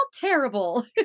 terrible